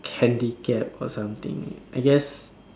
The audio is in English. handicapped or something I guess